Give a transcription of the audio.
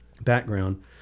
background